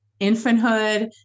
infanthood